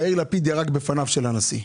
יאיר לפיד ירק בפניו של הנשיא.